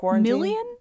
million